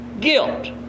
Guilt